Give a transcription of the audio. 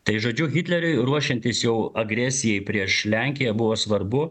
tai žodžiu hitleriui ruošiantis jau agresijai prieš lenkiją buvo svarbu